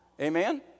amen